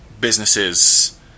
businesses